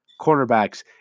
cornerbacks